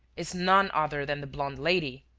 is none other than the blonde lady.